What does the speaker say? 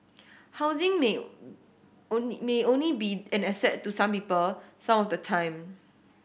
housing may only only be an asset to some people some of the time